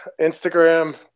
Instagram